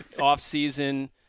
off-season